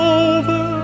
over